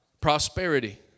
Prosperity